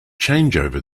changeover